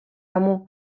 amu